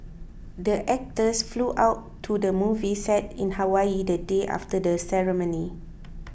the actors flew out to the movie set in Hawaii the day after the ceremony